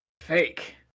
fake